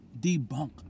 debunk